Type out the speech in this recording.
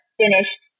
finished